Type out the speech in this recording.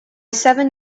seven